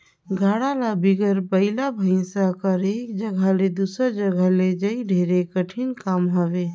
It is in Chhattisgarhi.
गाड़ा ल बिगर बइला भइसा कर एक जगहा ले दूसर जगहा लइजई ढेरे कठिन काम हवे